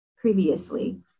previously